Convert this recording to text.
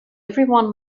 everyone